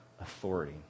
authority